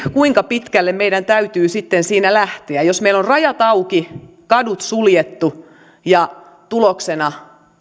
kuinka pitkälle meidän täytyy sitten siinä lähteä jos meillä on rajat auki kadut suljettu ja tuloksena